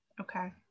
okay